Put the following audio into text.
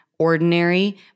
ordinary